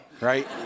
right